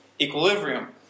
equilibrium